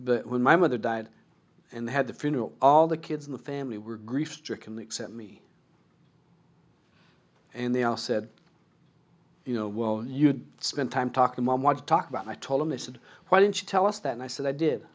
but when my mother died and had the funeral all the kids in the family were grief stricken except me and they all said you know well you spent time talking mom want to talk about i told him i said why didn't you tell us that and i said i did